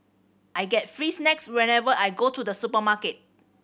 I get free snacks whenever I go to the supermarket